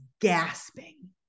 gasping